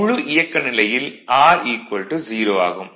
முழு இயக்க நிலையில் R 0 ஆகும்